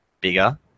bigger